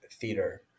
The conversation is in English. theater